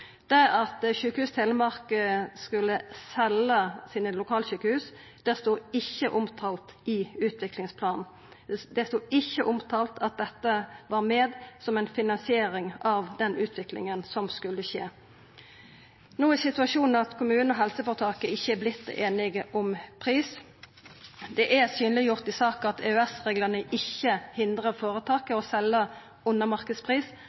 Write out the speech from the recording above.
Det at Sjukehuset Telemark skulle selja sine lokalsjukehus, stod ikkje omtalt i utviklingsplanen. Det sto ikkje omtalt at dette var med som ei finansiering av den utviklinga som skulle skje. No er situasjonen den at kommunen og helseføretaket ikkje har vorte einige om pris. Det er synleggjort i saka at EØS-reglane ikkje hindrar føretaket å selja under